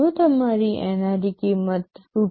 જો તમારી NRE કિંમત રૂ